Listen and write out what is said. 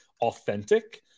authentic